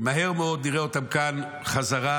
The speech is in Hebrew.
ומהר מאוד נראה אותם כאן בחזרה,